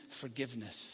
forgiveness